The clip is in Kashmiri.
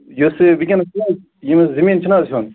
یُس یہِ وُنکیٚن چھُنہٕ حظ یُس یہِ زٔمیٖن چھُنہٕ حظ ہیوٚن